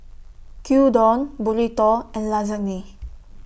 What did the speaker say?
Gyudon Burrito and Lasagne